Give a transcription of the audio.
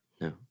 No